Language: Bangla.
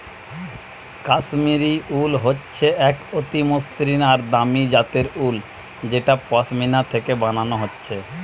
কাশ্মীর উল হচ্ছে এক অতি মসৃণ আর দামি জাতের উল যেটা পশমিনা থিকে বানানা হচ্ছে